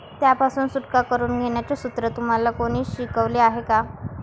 त्यापासून सुटका करून घेण्याचे सूत्र तुम्हाला कोणी शिकवले आहे का?